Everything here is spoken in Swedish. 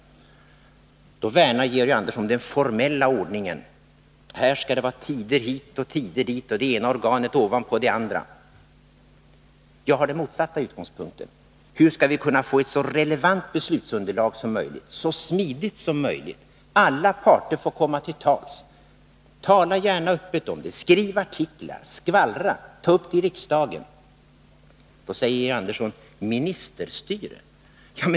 Då värnar Georg Andersson om den formella ordningen! Det skall vara tider hit och tider dit och det ena organet ovanpå det andra. Jag har den motsatta utgångspunkten: Hur skall vi kunna få ett beslutsmaterial som är så relevant som möjligt, så smidigt som möjligt? Alla parter får komma till tals. Tala gärna öppet om det, skriv artiklar, skvallra, ta upp det i riksdagen! Då talar Georg Andersson om ministerstyre!